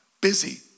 busy